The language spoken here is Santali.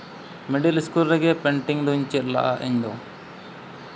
ᱢᱤᱰᱤᱞ ᱥᱠᱩᱞ ᱨᱮᱜᱮ ᱯᱮᱹᱱᱴᱤᱝ ᱫᱚᱧ ᱪᱮᱫ ᱞᱟᱜᱼᱟ ᱤᱧᱫᱚ